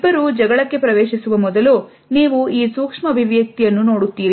ಇಬ್ಬರೂ ಜಗಳಕ್ಕೆ ಪ್ರವೇಶಿಸುವ ಮೊದಲು ನೀವು ಈ ಸೂಕ್ಷ್ಮ ಅಭಿವ್ಯಕ್ತಿಯನ್ನು ನೋಡುತ್ತಿರಿ